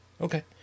Okay